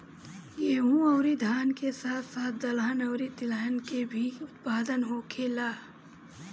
गेहूं अउरी धान के साथ साथ दहलन अउरी तिलहन के भी उत्पादन होखेला